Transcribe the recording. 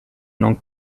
non